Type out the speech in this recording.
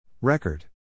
Record